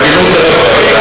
בהגינות רבה.